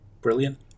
Brilliant